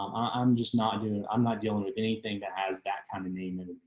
um i'm just not doing i'm not dealing with anything that has that kind of name and